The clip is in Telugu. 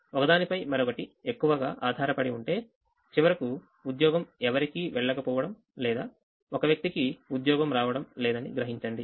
ఒక దానిపై మరొకటిఎక్కువగా ఆధారపడి ఉంటే చివరకు ఉద్యోగం ఎవరికీ వెళ్లకపోవడం లేదా ఒక వ్యక్తికి ఉద్యోగం రావడం లేదని గ్రహించండి